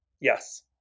Yes